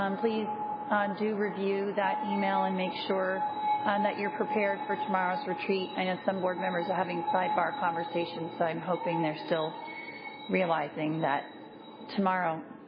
um please do review that e-mail and make sure and that you are prepared for tomorrow's retreat. i know some board members are having side bar conversations, so i'm hoping they are still realizing that tomorrow,